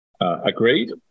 agreed